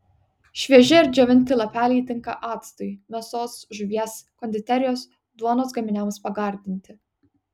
švieži ar džiovinti lapeliai tinka actui mėsos žuvies konditerijos duonos gaminiams pagardinti